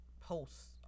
posts